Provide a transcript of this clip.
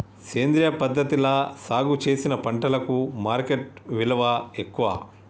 సేంద్రియ పద్ధతిలా సాగు చేసిన పంటలకు మార్కెట్ విలువ ఎక్కువ